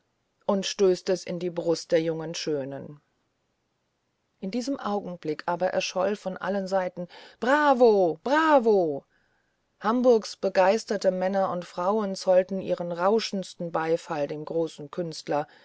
und stößt es in die brust der jungen schöne in diesem augenblick aber erscholl von allen seiten bravo bravo hamburgs begeisterte männer und frauen zollten ihren rauschendsten beifall dem großen künstler